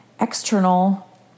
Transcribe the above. external